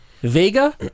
Vega